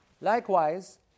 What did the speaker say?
Likewise